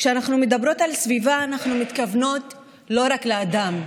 כשאנחנו מדברות על סביבה אנחנו מתכוונות לא רק לאדם,